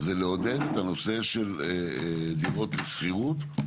זה לעודד את הנושא של דירות לשכירות.